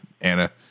Anna